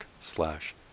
slash